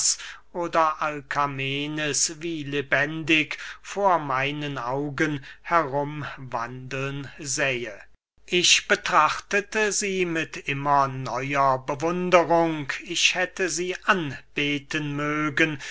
oder alkamenes wie lebendig vor meinen augen herum wandeln sähe ich betrachtete sie mit immer neuer bewunderung ich hätte sie anbeten mögen